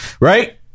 Right